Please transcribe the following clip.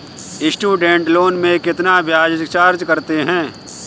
Student loan में कितना ब्याज चार्ज करते हैं?